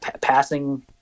passing